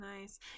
nice